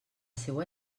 seua